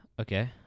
Okay